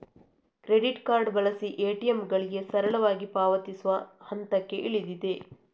credit card ಬಳಸಿ ಎ.ಟಿ.ಎಂಗಳಿಗೆ ಸರಳವಾಗಿ ಪಾವತಿಸುವ ಹಂತಕ್ಕೆ ಇಳಿದಿದೆ